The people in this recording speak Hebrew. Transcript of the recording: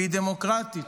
והיא דמוקרטית,